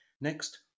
Next